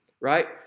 right